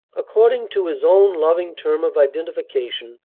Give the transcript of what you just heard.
according to his own loving term of identification,